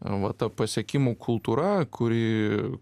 va ta pasiekimų kultūra kuri